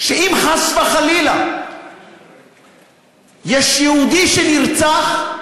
שאם חס וחלילה יש יהודי שנרצח,